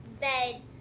bed